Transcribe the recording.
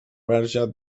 verge